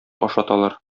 ашаталар